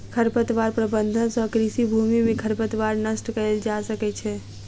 खरपतवार प्रबंधन सँ कृषि भूमि में खरपतवार नष्ट कएल जा सकै छै